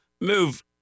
move